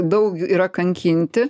daug yra kankinti